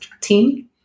team